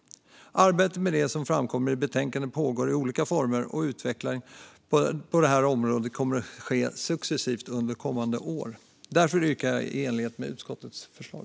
Arbetet med det som framkommer i betänkandet pågår i olika former, och utveckling på detta område kommer att ske successivt under kommande år. Därför yrkar jag bifall till utskottets förslag.